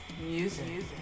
music